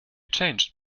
changed